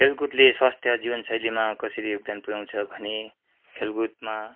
खेलकुदले स्वास्थ्य जीवन शैलीमा कसरी योगदान पुऱ्याउँछ भने खेलकुदमा